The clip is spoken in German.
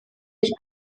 ich